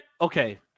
okay